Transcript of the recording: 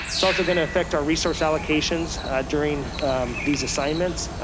it's also gonna affect our resource allocations during these assignments.